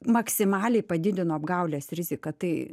maksimaliai padidino apgaulės riziką tai